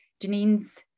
Janine's